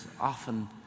often